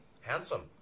handsome